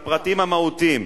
לפרטים המהותיים,